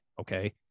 Okay